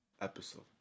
episode